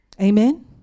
Amen